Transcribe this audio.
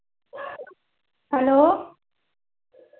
hello